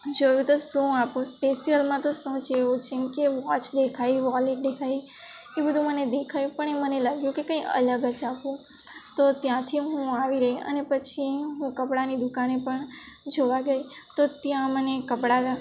જોયું તો શું આપું સ્પેશિયલમાં તો શું છે એવું જેમકે વોચ દેખાઈ વોલેટ દેખાઈ એ બધું મને દેખાયું પણ એ મને લાગ્યું કે કંઈ અલગ જ આપું તો ત્યાંથી હું આવી ગઈ અને પછી હું કપડાંની દુકાને પણ જોવા ગઈ તો ત્યાં મને કપડાં